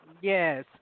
Yes